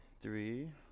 three